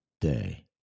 day